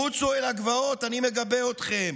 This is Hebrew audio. "רוצו אל הגבעות, אני מגבה אתכם",